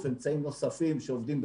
אמצעים נוספים שעובדים,